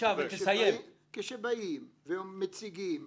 כשבאים ומציגים